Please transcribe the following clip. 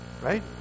right